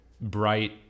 bright